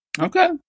Okay